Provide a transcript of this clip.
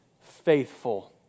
faithful